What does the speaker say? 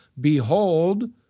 behold